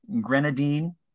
grenadine